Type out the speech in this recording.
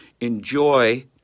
enjoy